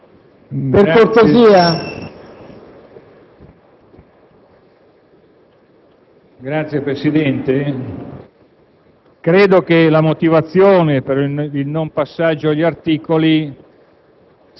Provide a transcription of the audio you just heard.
Signor Presidente, credo che la motivazione per il non passaggio agli articoli